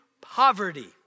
poverty